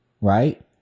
right